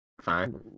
fine